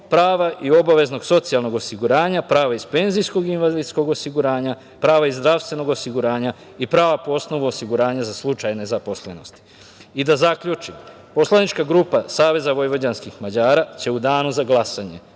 prava i obaveznog socijalnog osiguranja, prava iz penzijskog i invalidskog osiguranja, prava iz zdravstvenog osiguranja i prava po osnovu osiguranja za slučaj nezaposlenosti. Da zaključim, poslanička grupa SVM će u danu za glasanje